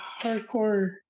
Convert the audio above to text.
hardcore